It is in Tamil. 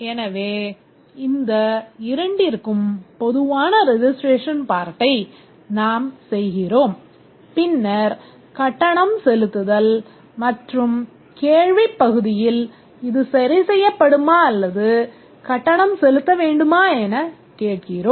எனவே இந்த இரண்டிற்கும் பொதுவான registration part ஐ நாம் செய்கிறோம் பின்னர் கட்டணம் செலுத்துதல் மற்றும் கேள்விப் பகுதியில் இது சரிசெய்யப்படுமா அல்லது கட்டணம் செலுத்த வேண்டுமா எனக்கேட்கிறோம்